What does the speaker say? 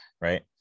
right